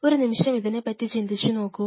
ഒരു നിമിഷം ഇതിനെപ്പറ്റി ചിന്തിച്ചു നോക്കൂ